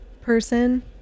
person